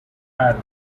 tyler